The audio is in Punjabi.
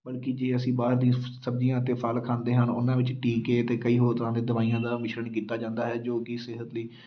ਬਲਕਿ ਜੇ ਅਸੀਂ ਬਾਹਰ ਦੀਆਂ ਸਬਜ਼ੀਆਂ ਅਤੇ ਫਲ ਖਾਂਦੇ ਹਨ ਉਹਨਾਂ ਵਿੱਚ ਟੀਕੇ ਅਤੇ ਕਈ ਹੋਰ ਤਰ੍ਹਾਂ ਦੇ ਦਵਾਈਆਂ ਦਾ ਮਿਸ਼ਰਨ ਕੀਤਾ ਜਾਂਦਾ ਹੈ ਜੋ ਕਿ ਸਿਹਤ ਲਈ